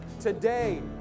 today